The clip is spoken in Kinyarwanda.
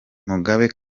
mugabe